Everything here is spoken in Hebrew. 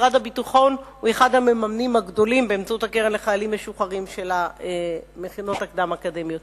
משרד הביטחון הוא אחד המממנים הגדולים של המכינות הקדם-אקדמיות